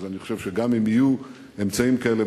אז אני חושב שגם אם יהיו אמצעים כאלה,